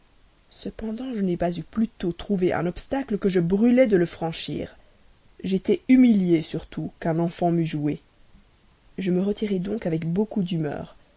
cependant je n'ai pas eu plus tôt trouvé un obstacle que je brûlais de le franchir j'étais humilié surtout qu'un enfant m'eût joué je me retirai donc avec beaucoup d'humeur